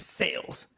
sales